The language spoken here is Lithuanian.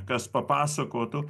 kas papasakotų